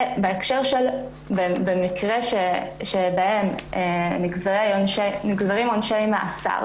במקרים בהם נגזרים עונשי מאסר